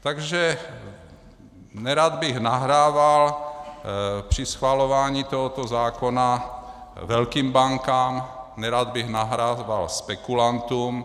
Takže nerad bych nahrával při schvalování tohoto zákona velkým bankám, nerad bych nahrával spekulantům.